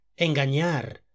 engañar